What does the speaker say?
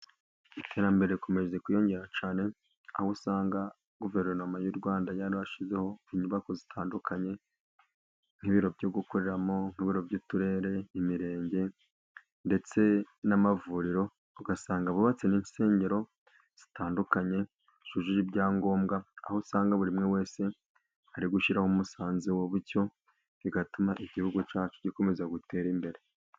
Iterambere rikomeje kwiyongera cyane, aho usanga guverinoma y'u Rwanda yarashyizeho inyubako zitandukanye, nk'ibiro byo gukoreramo nk'ibiro by'uturere, n'imirenge, ndetse n'amavuriro, ugasanga bubatse n'insengero zitandukanye zujuje ibyangombwa, aho usanga buri umwe wese ari gushyiraho umusanzu we, bityo bigatuma igihugu cyacu gikomeza gutera imbere.